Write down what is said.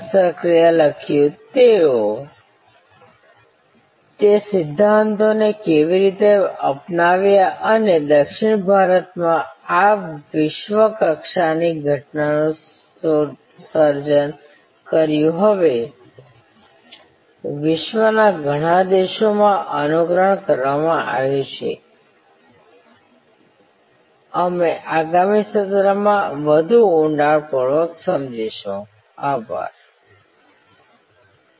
શસ્ત્રક્રિયા લખ્યું તેઓએ તે સિદ્ધાંતોને કેવી રીતે અપનાવ્યા અને દક્ષિણ ભારતમાં આ વિશ્વ કક્ષાની ઘટનાનું સર્જન કર્યું હવે વિશ્વના ઘણા દેશોમાં અનુકરણ કરવામાં આવ્યું છે અમે આગામી સત્રમાં વધુ ઊંડાણમાં અભ્યાસ કરીશું